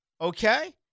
okay